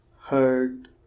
heard